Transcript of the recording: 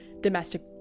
domestic